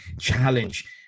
challenge